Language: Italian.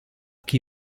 chi